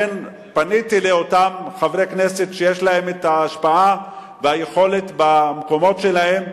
ולכן פניתי לאותם חברי כנסת שיש להם השפעה ויכולת במקומות שלהם,